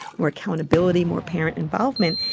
more accountability, more parent involvement.